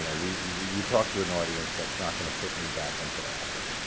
and we we you talk to an audience that's not going to put me back into office.